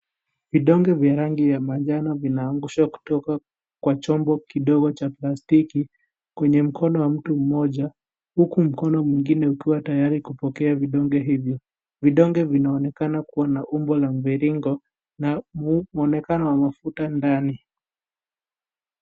Vidonge vya rangi ya manjano kinaangushwa kutoka kwa Chombo kidogo Cha plastiki kwenye mkono wa mtu mmoja huku mkono mwingine uko tayari kupokea vidonge hivyo. Vidonge vinaonekana kuwa na umbo wa mviringo na mwonekano wa mavuta ndani.